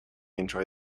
enjoy